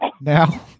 now